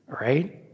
right